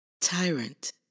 Tyrant